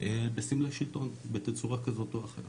בסמלי שלטון בתצורה כזאת או אחרת.